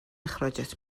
اخراجت